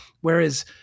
Whereas